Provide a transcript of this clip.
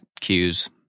cues